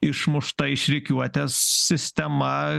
išmušta iš rikiuotės sistema